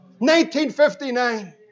1959